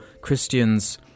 Christians